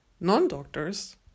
non-doctors